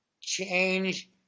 change